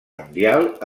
mundial